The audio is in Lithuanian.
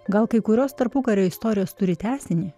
gal kai kurios tarpukario istorijos turi tęsinį